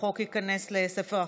החוק יכנס לספר החוקים.